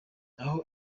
aho